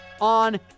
on